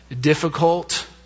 difficult